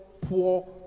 poor